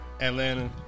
Atlanta